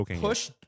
push